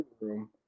room